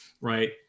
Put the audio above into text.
right